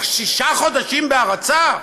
שישה חודשים בהרצה?